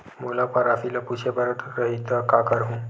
मोला अपन राशि ल पूछे बर रही त का करहूं?